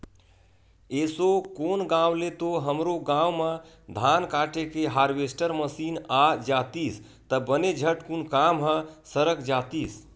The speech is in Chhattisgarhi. एसो कोन गाँव ले तो हमरो गाँव म धान काटे के हारवेस्टर मसीन आ जातिस त बने झटकुन काम ह सरक जातिस